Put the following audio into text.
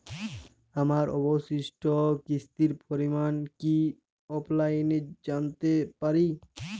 আমার অবশিষ্ট কিস্তির পরিমাণ কি অফলাইনে জানতে পারি?